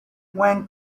when